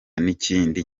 n’ikindi